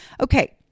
Okay